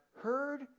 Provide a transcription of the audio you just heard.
heard